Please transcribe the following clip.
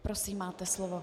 Prosím, máte slovo.